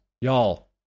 Y'all